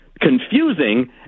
confusing